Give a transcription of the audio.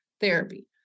therapy